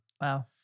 Wow